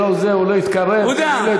אם זו לא הסתה, אז מה זה הסתה?